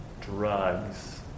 drugs